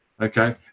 Okay